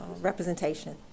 representation